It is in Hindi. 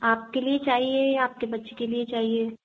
आपके लिए चाहिए या आपके बच्चे के लिए चाहिए